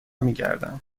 میگردم